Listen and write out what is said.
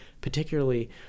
particularly